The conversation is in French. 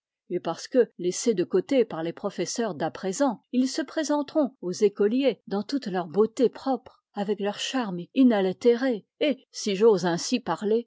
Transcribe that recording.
et parce que laissés de côté par les professeurs d'à présent ils se présenteront aux écoliers dans toute leur beauté propre avec leur charme inaltéré et si j'ose ainsi parler